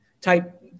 type